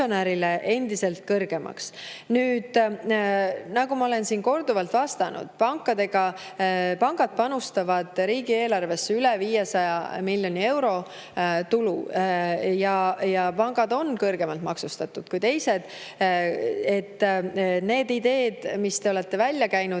endiselt soodsamaks. Nagu ma olen siin korduvalt vastanud, pangad panustavad riigieelarvesse üle 500 miljoni euro tulu ja pangad on kõrgemalt maksustatud kui teised. Need ideed, mis te olete välja käinud,